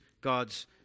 God's